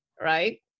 right